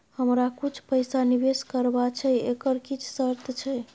हमरा कुछ पैसा निवेश करबा छै एकर किछ शर्त छै?